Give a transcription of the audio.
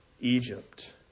Egypt